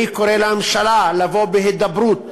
אני קורא לממשלה לבוא בהידברות